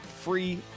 free